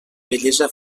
bellesa